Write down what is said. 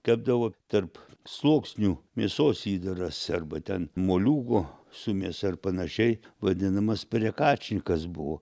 kepdavo tarp sluoksnių mėsos įdaras arba ten moliūgo su mėsa ar panašiai vadinamas priekačnikas buvo